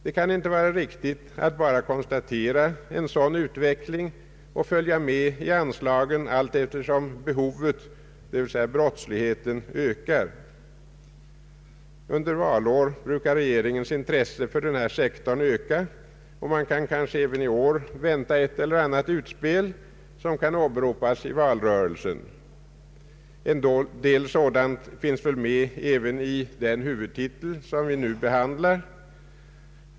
Det kan inte vara riktigt att bara konstatera en sådan utveckling och följa med i anslagen allteftersom behovet, d.v.s. brottsligheten, ökar. Under valår brukar regeringens intresse för denna sektor öka. Vi har kanske även i år att vänta ett eller annat utspel, som kan åberopas i valrörelsen. En del sådant finns med även i den huvudtitel som vi nu behandlar.